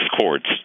courts